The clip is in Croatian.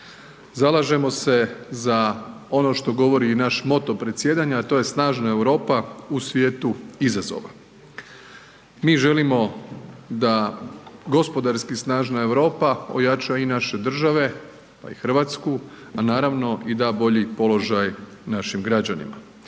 Zalažemo se za ono što govori i naš moto predsjedanja, a to je snažna Europa u svijetu izazova. Mi želimo da gospodarski snažna Europa ojača i naše države, pa i RH, a naravno i da bolji položaj našim građanima.